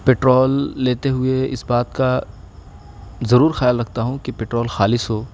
petrol لیتے ہوئے اس بات کا ضرور خیال رکھتا ہوں کہ پٹرول خالص ہو